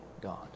God